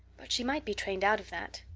but she might be trained out of that.